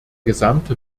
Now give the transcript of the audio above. gesamte